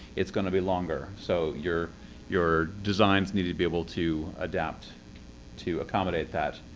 it's gonna be longer. so your your designs need to be able to adapt to accommodate that.